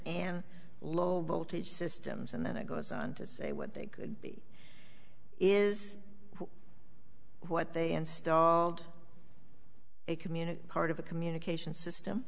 and low voltage systems and then it goes on to say what they could be is what they installed a community part of the communication system